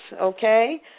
Okay